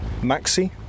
Maxi